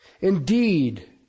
indeed